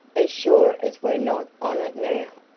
as sure as we're not on it now.